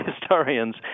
historians